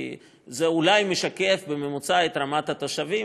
כי זה אולי משקף בממוצע את רמת התושבים,